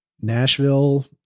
Nashville